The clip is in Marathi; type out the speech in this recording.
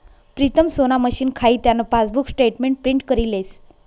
प्रीतम सोना मशीन खाई त्यान पासबुक स्टेटमेंट प्रिंट करी लेस